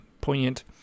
poignant